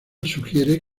sugiere